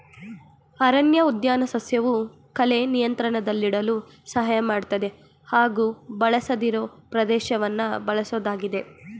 ಅರಣ್ಯಉದ್ಯಾನ ಸಸ್ಯವು ಕಳೆ ನಿಯಂತ್ರಣದಲ್ಲಿಡಲು ಸಹಾಯ ಮಾಡ್ತದೆ ಹಾಗೂ ಬಳಸದಿರೋ ಪ್ರದೇಶವನ್ನ ಬಳಸೋದಾಗಿದೆ